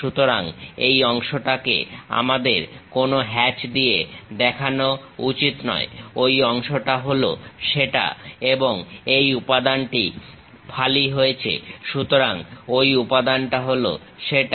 সুতরাং এই অংশটাকে আমাদের কোনো হ্যাচ দিয়ে দেখানো উচিত নয় ঐ অংশটা হল সেটা এবং এই উপাদানটি ফালি হয়েছে সুতরাং ঐ উপাদানটা হল সেটা